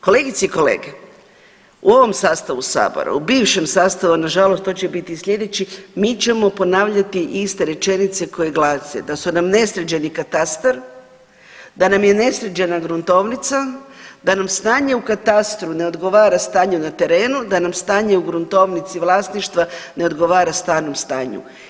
Kolegice i i kolege, u ovom sastavu Sabora u bivšem sastavu na žalost to će biti i sljedeći mi ćemo ponavljati iste rečenice koje glase da su nam nesređeni katastar, da nam je nesređena gruntovnica, da nam stanje u katastru ne odgovara stanju na terenu, da nam stanje u gruntovnici vlasništva ne odgovara stvarnom stanju.